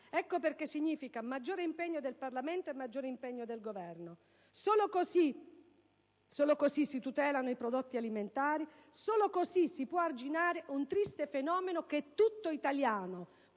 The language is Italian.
Ecco cosa significa maggior impegno del Parlamento e del Governo. Solo così si tutelano i prodotti alimentari e si può arginare un triste fenomeno che è tutto italiano,